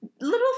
little